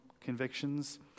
convictions